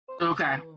Okay